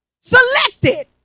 selected